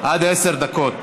עד עשר דקות.